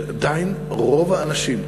שעדיין רוב האנשים,